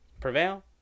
prevail